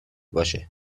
باشه